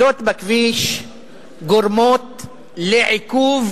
בכביש גורמות עיכוב